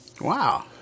wow